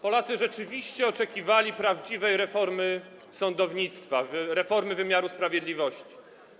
Polacy rzeczywiście oczekiwali prawdziwej reformy sądownictwa, reformy wymiaru sprawiedliwości.